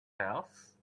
house